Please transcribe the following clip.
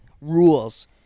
rules